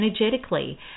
energetically